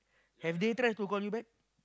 have they try to call you back